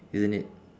isn't it